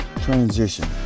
transition